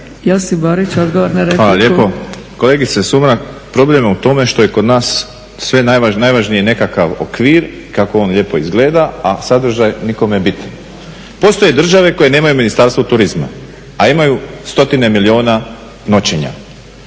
**Borić, Josip (HDZ)** Hvala lijepo. Kolegice Sumrak, problem je u tome što je kod nas najvažniji nekakav okvir, kako on lijepo izgleda, a sadržaj nikome bitan. Postoje države koje nemaju Ministarstvo turizma, a imaju stotine milijuna noćenja.